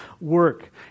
work